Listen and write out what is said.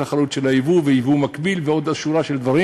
התחרות של היבוא ויבוא מקביל ועוד שורה של דברים.